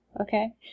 Okay